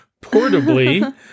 portably